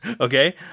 Okay